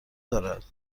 دارد